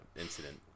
incident